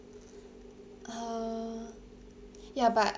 uh ya but